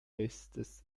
bestes